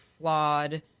flawed